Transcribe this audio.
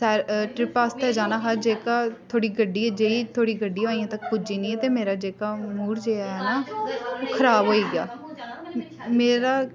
trip आस्तै जाना हा जेह्का थुआढ़ी गड्डी अजेंईं थुआढ़ी गड्डी पुज्जी नेईं ते मेरा जेह्का मूड़ जे एह् ना ओह् खराब होई गेआ मेरा